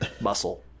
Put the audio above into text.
muscle